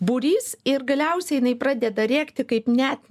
būrys ir galiausiai jinai pradeda rėkti kaip net